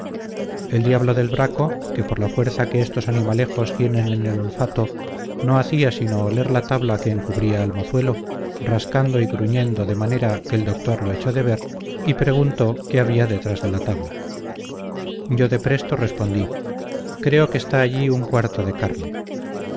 el diablo del braco que por la fuerza que estos animalejos tienen en el olfato no hacía sino oler la tabla que encubría al mozuelo rascando y gruñendo de manera que el doctor lo echó de ver y preguntó qué había detrás de la tabla yo de presto respondí creo que está allí un cuarto de carne